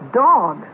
dog